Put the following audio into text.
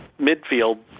midfield